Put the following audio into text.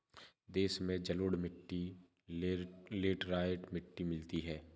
देश में जलोढ़ मिट्टी लेटराइट मिट्टी मिलती है